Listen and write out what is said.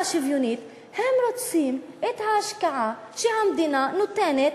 שוויונית" הם רוצים את ההשקעה שהמדינה נותנת,